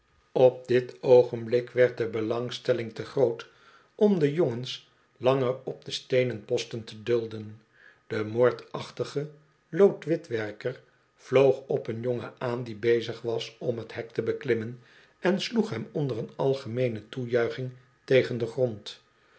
op dit oogenblik werd de belangstelling te groot om de jongens langer op de steenen posten te dulden de moordachtige loodwitwerker vloog op een jongen aan die bezig was om t hek te beklimmen en sloeg hom onder een algemeene toejuiching tegen den grond